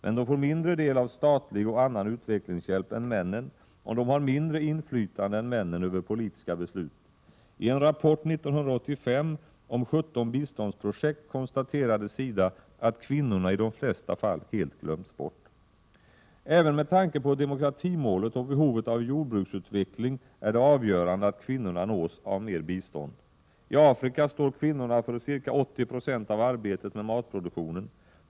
Men de får mindre del av statlig och annan utvecklingshjälp än männen, och de har mindre inflytande än männen över politiska beslut. I en rapport 1985 om 17 biståndsprojekt konstaterade SIDA att kvinnorna i de flesta fall helt glömts bort. Även med tanke på demokratimålet och på behovet av jordbruksutveck ling är det avgörande att kvinnorna nås av mer bistånd. I Afrika står kvinnorna för ca 80 90 av arbetet med matproduktionen.